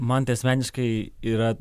man tai asmeniškai yra